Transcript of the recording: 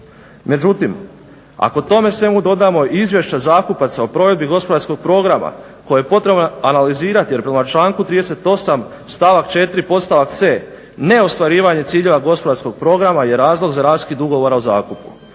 Međutim, ako tome svemu dodamo i izvješća zakupaca o provedbi gospodarskog programa koje je potrebno analizirati jer prema članku 38. stavak 4. podstavak c) neostvarivanje ciljeva gospodarskog programa je razlog za raskid ugovora o zakupu.